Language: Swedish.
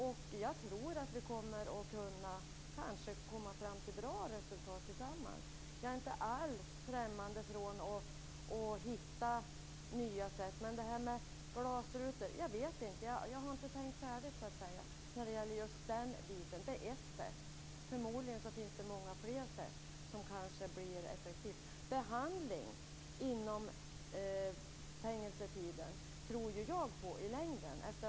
Jag tror att vi kommer att kunna komma fram till bra resultat tillsammans. Jag är inte alls främmande för att hitta nya sätt. Jag vet inte hur det är med glasrutor - jag har inte tänkt färdigt just om den biten. Det är ett sätt, och förmodligen finns det många fler sätt som kan bli effektiva. Behandling under fängelsetiden tror jag på i längden.